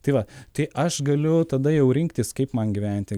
tai va tai aš galiu tada jau rinktis kaip man gyventi